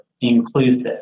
inclusive